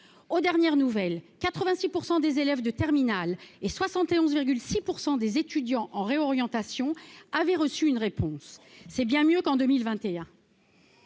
Aux dernières nouvelles, 86 % des élèves de terminale et 71,6 % des étudiants en réorientation ont reçu une réponse. C'est bien mieux qu'en 2021.